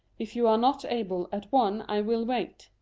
if you are not able at one i will wait.